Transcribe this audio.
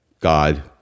God